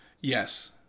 Yes